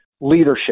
leadership